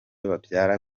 babyara